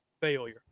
failure